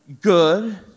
Good